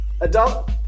Adult